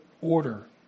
order